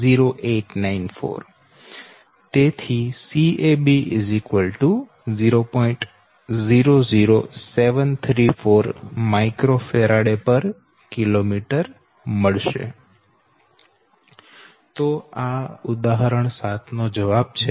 00734 µFkm તો આ ઉદાહરણ 7 નો જવાબ છે